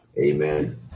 Amen